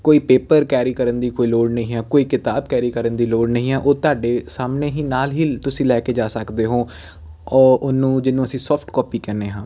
ਕੋਈ paper carry ਕਰਨ ਦੀ ਕੋਈ ਲੋੜ ਨਹੀਂ ਹੈ ਕੋਈ ਕਿਤਾਬ ਕੈਰੀ ਕਰਨ ਦੀ ਲੋੜ ਨਹੀਂ ਹੈ ਉਹ ਤੁਹਾਡੇ ਸਾਹਮਣੇ ਹੀ ਨਾਲ ਹੀ ਤੁਸੀਂ ਲੈ ਕੇ ਜਾ ਸਕਦੇ ਹੋ ਉਹ ਉਹਨੂੰ ਜਿਹਨੂੰ ਅਸੀਂ ਸੋਫਟ ਕੋਪੀ ਕਹਿੰਦੇ ਹਾਂ